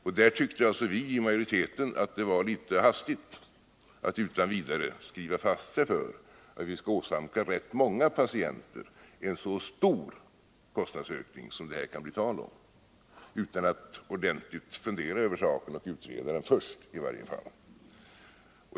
Vi i utskottsmajoriteten tyckte att det vore litet för hastigt att utan vidare fatta ett sådant beslut och därmed åsamka rätt många patienter en så stor kostnadsökning som det kan bli tal om utan att ordentligt fundera över saken och utreda den först.